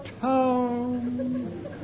town